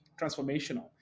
transformational